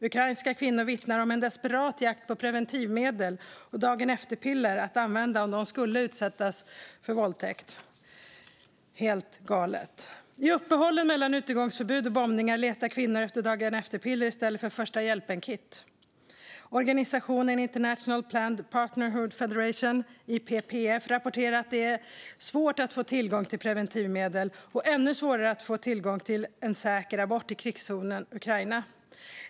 Ukrainska kvinnor vittnar om en desperat jakt på preventivmedel och dagen-efter-piller att använda om de skulle utsättas för våldtäkt - helt galet. I uppehållen mellan utegångsförbud och bombningar letar kvinnor efter dagen-efter-piller i stället för första-hjälpen-kit. Organisationen International Planned Parenthood Federation, IPPF, rapporterar att det är svårt att få tillgång till preventivmedel och ännu svårare att få tillgång till en säker abort i krigszonen Ukraina.